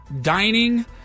dining